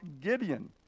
Gideon